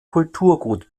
kulturgut